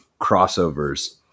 crossovers